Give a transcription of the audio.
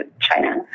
China